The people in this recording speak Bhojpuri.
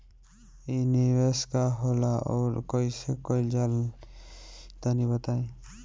इ निवेस का होला अउर कइसे कइल जाई तनि बताईं?